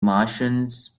martians